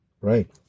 Right